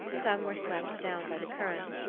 some were swept down by the current,